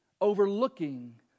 overlooking